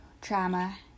trauma